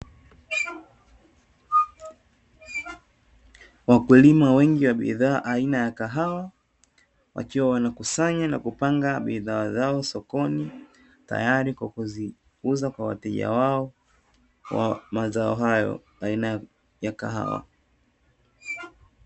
Wakulima wengi wa bidhaa aina ya kahawa, wakiwa wanakusanya na kupanga bidhaa zao sokoni tayari kwa kuziuza kwa wateja wao wa mazao hayo aina ya kahawa.